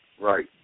Right